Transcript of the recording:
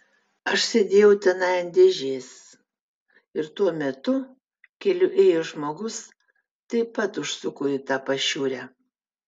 aš sėdėjau tenai ant dėžės ir tuo metu keliu ėjęs žmogus taip pat užsuko į tą pašiūrę